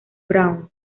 braun